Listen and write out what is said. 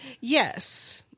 yes